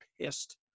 pissed